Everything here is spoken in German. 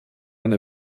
eine